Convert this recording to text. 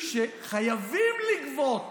שחייבים לגבות